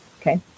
okay